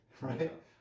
right